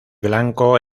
blanco